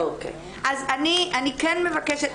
אני כן מבקשת,